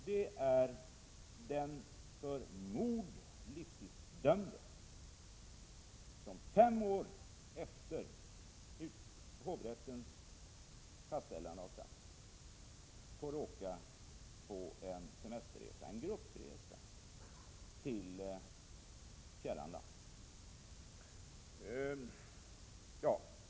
Det gäller en för mord livstidsdömd, som fem år efter hovrättens fastställande av straffet får åka på en semesterresa, en gruppresa, till fjärran land.